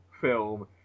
film